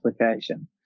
application